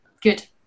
good